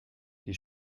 die